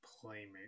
playmate